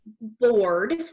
board